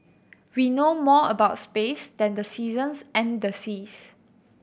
we know more about space than the seasons and the seas